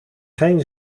geen